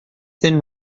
thin